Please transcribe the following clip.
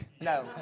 No